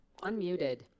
Unmuted